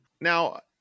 Now